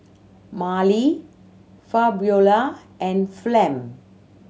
Marley Fabiola and Flem